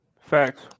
Facts